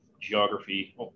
geography